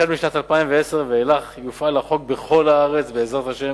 משנת 2010 ואילך יופעל החוק בכל הארץ, בעזרת השם,